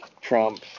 Trump